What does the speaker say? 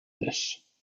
this